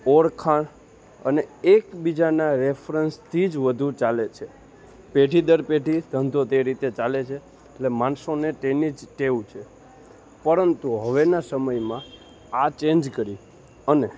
ઓળખાણ અને એક બીજાના રેફરન્સથી જ વધુ ચાલે છે પેઢી દર પેઢી ધંધો તે રીતે ચાલે છે એટલે માણસોને તેની જ ટેવ છે પરંતુ હવેના સમયમાં આ ચેન્જ કરી અને